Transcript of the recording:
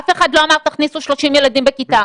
אף אחד לא אמר להכניס 30 ילדים בכיתה.